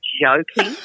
joking